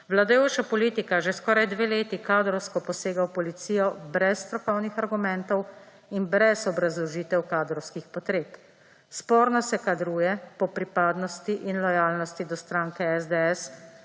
Vladajoča politika že skoraj dve leti kadrovsko posega v policijo brez strokovnih argumentov in brez obrazložitev kadrovskih potreb. Sporno se kadruje po pripadnosti in lojalnosti do stranke SDS